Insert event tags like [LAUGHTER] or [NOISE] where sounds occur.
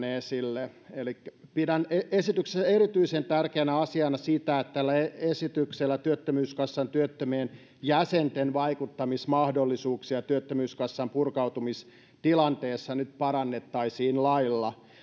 [UNINTELLIGIBLE] esille pidän esityksessä erityisen tärkeänä asiana sitä että tällä esityksellä työttömyyskassan työttömien jäsenten vaikuttamismahdollisuuksia työttömyyskassan purkautumistilanteessa parannettaisiin nyt lailla